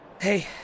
Hey